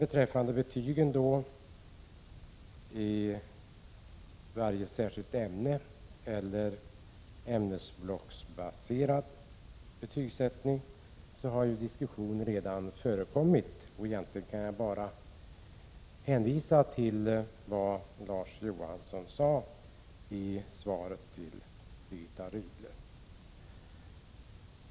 Frågan om betyg i varje enskilt ämne i stället för ämnesblocksbaserad betygsättning har redan diskuterats, och jag kan bara hänvisa till vad Larz Johansson sade i svaret till Birgitta Rydle.